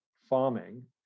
farming